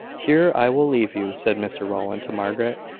here i will leave you, said mr rowland to margaret,